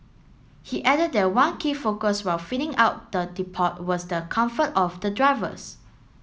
he added that one key focus when fitting out the depot was the comfort of the drivers